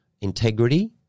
integrity